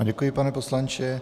Děkuji vám, pane poslanče.